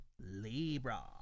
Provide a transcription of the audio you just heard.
Libra